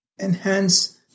enhance